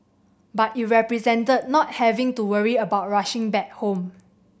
but it represented not having to worry about rushing back home